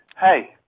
hey